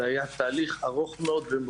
זה היה תהליך מאוד ארוך ומורכב,